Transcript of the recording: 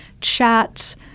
Chat